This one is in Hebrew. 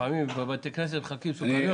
לפעמים בבתי כנסת מחלקים סוכריות.